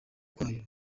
kwayo